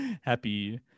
happy